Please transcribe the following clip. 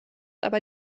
aber